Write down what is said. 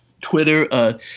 Twitter